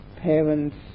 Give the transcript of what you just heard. parents